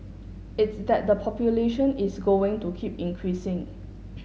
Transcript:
it's that the population is going to keep increasing